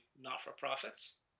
not-for-profits